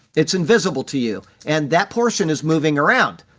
it's invisible to you, and that portion is moving around.